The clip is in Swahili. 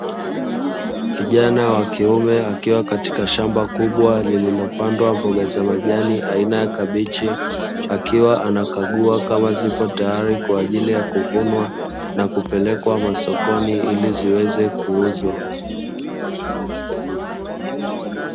Kijana wa kiume akiwa katika shamba kubwa lililopandwa mboga za majani aina ya kabichi, akiwa anakagua kama zipo tayari kwa ajili ya kuvunwa na kupelekwa masokoni ili ziweze kuuzwa.